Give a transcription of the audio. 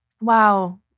wow